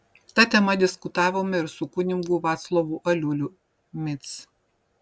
ta tema diskutavome ir su kunigu vaclovu aliuliu mic